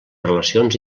relacions